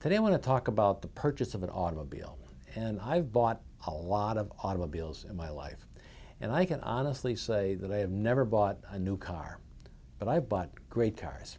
today i want to talk about the purchase of an automobile and i've bought a lot of automobiles in my life and i can honestly say that i have never bought a new car but i have bought great cars